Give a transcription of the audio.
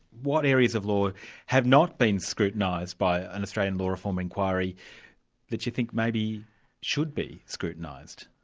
what areas of law have not been scrutinised by an australian law reform inquiry that you think maybe should be scrutinised?